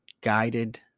guided